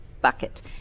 bucket